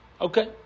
okay